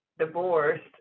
divorced